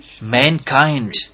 mankind